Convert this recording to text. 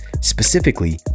specifically